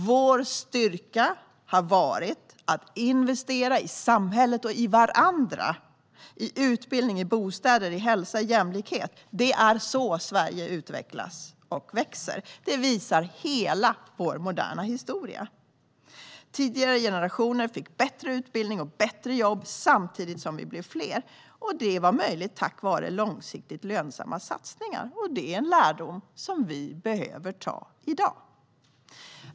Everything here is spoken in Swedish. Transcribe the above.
Vår styrka har varit att investera i samhället och i varandra: i utbildning, bostäder, hälsa och jämlikhet. Det är så Sverige utvecklas och växer. Det visar hela vår moderna historia. Tidigare generationer fick bättre utbildning och bättre jobb samtidigt som vi blev fler. Det var möjligt tack vare långsiktigt lönsamma satsningar. Detta behöver vi dra lärdom av även i dag.